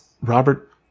Robert